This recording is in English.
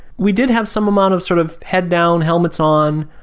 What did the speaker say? we did have some amount of sort of head down, helmets on,